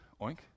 oink